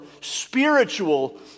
spiritual